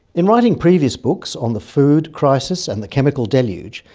in writing previous books on the food crisis and the chemical deluge,